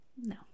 no